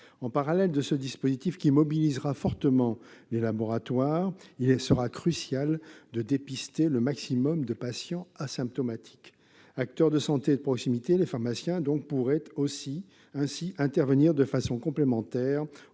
En parallèle de ce dispositif, qui mobilisera fortement les laboratoires, il sera crucial de dépister le maximum de patients asymptomatiques. Acteurs de santé et de proximité, les pharmaciens pourraient ainsi intervenir de façon complémentaire